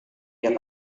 dia